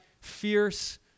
fierce